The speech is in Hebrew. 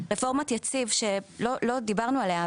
רפורמת יציב שלא דיברנו עליה,